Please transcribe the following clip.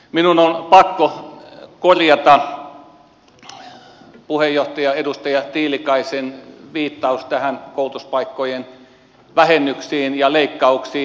minun on pakko korjata puheenjohtaja edustaja tiilikaisen viittausta näihin koulutuspaikkojen vähennyksiin ja leikkauksiin